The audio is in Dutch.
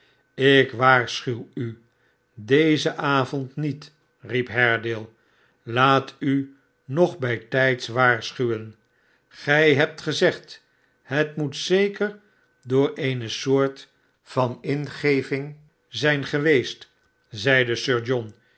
ik waarschuw u dezen avond niet riep haredale laatunog bijtijds waarschuwen gij hebt gezegd het moet zeker door eene soort van ingeving zijn geweest zeide sir john